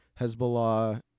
Hezbollah